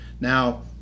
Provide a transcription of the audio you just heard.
Now